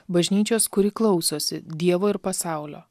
bažnyčios kuri klausosi dievo ir pasaulio